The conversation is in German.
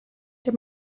der